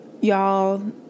Y'all